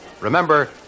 Remember